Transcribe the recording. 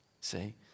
See